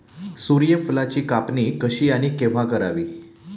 सूर्यफुलाची कापणी कशी आणि केव्हा करावी?